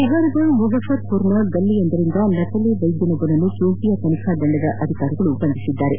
ಬಿಹಾರದ ಮುಜಾಫರ್ಪುರ್ನ ಗಲ್ಲಿಯೊಂದರಿಂದ ನಕಲಿ ವೈದ್ಯನೊಬ್ಬನನ್ನು ಕೇಂದ್ರೀಯ ತನಿಖಾ ತಂಡದ ಅಧಿಕಾರಿಗಳು ಬಂಧಿಸಿದ್ದಾರೆ